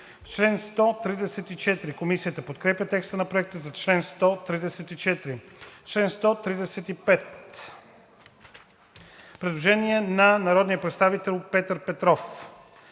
за чл. 133. Комисията подкрепя текста на Проекта за чл. 134. По чл. 135 има предложение на народния представител Петър Петров: